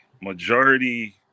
majority